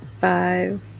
five